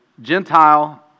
Gentile